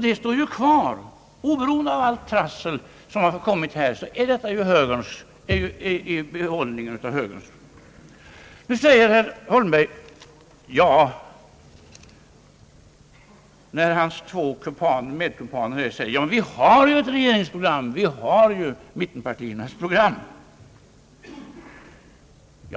Detta står ju kvar och utgör — efter av allt det dunkla tal som har förekommit här — behållningen av högerns förslag. När herr Holmbergs två kumpaner här säger, att vi har ett regeringsprogram, vi har ju mittenpartiernas program,